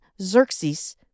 Xerxes